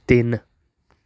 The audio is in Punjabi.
ਤਿੰਨ